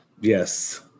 Yes